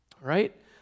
right